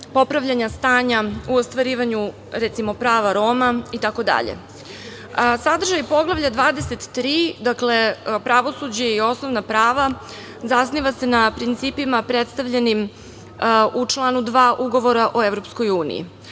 popravljanja stanja u ostvarivanju, recimo, prava Roma itd. Sadržaj Poglavlja 23, dakle, pravosuđe i osnovna prava, zasniva se na principima predstavljenim u članu 2. Ugovora o EU.